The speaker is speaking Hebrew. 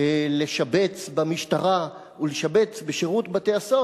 לשבץ חיילים במשטרה ולשבץ בשירות בתי-הסוהר,